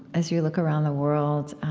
as you look around the world,